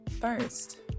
First